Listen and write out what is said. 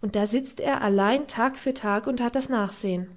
und da sitzt er allein tag für tag und hat das nachsehen